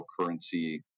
cryptocurrency